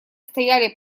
стояли